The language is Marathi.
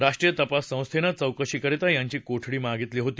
राष्ट्रीय तपास संस्थेनं चौकशी करिता यांची कोठडी मागितली होती